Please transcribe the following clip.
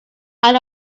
out